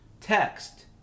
text